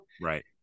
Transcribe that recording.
Right